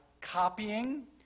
copying